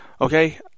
Okay